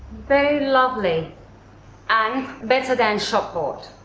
very lovely and better than shop-bought.